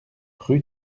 rue